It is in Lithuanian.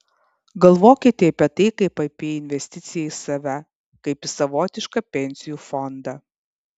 galvokite apie tai kaip apie į investiciją į save kaip į savotišką pensijų fondą